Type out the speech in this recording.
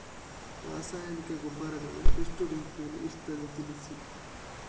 ರಾಸಾಯನಿಕ ಗೊಬ್ಬರಗಳು ಎಷ್ಟು ರೀತಿಯಲ್ಲಿ ಇರ್ತದೆ ತಿಳಿಸಿ?